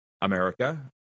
America